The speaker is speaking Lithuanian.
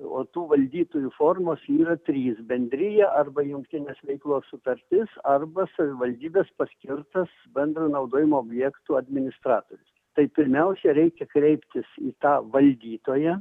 o tų valdytojų formos yra trys bendrija arba jungtinės veiklos sutartis arba savivaldybės paskirtas bendro naudojimo objektų administratorius tai pirmiausia reikia kreiptis į tą valdytoją